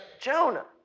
Jonah